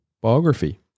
Biography